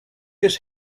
his